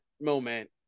moment